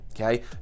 Okay